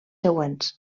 següents